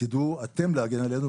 תדעו אתם להגן עלינו,